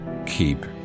Keep